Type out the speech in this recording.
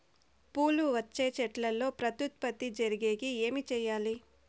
పూలు వచ్చే చెట్లల్లో ప్రత్యుత్పత్తి జరిగేకి ఏమి చేయాలి?